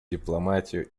дипломатию